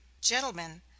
Gentlemen